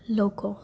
લોકો